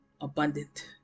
abundant